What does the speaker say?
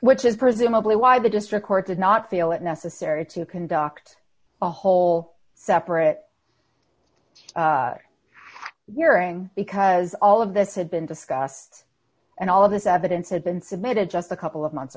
which is presumably why the district court did not feel it necessary to conduct a whole separate hearing because all of this had been discussed and all of this evidence had been submitted just a couple